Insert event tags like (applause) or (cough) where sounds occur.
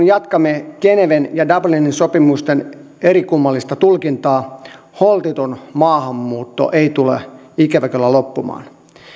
(unintelligible) jatkamme geneven ja dublinin sopimusten eriskummallista tulkintaa holtiton maahanmuutto ei tule ikävä kyllä loppumaan